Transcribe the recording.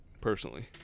personally